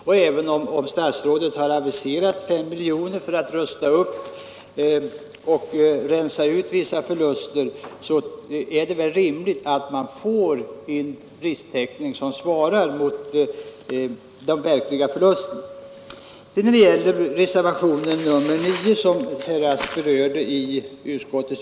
Och även om statsrådet nu har aviserat 5 miljoner kronor för att rensa ut vissa förluster är det väl ändå rimligt att man får en risktäckning som svarar mot de verkliga förlusterna. Vidare berörde herr Rask reservationen 9 i näringsutskottets betänkande nr 54.